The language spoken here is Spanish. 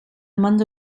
mando